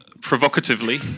provocatively